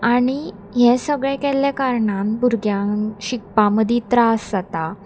आनी हें सगळें केल्ले कारणान भुरग्यांक शिकपा मदीं त्रास जाता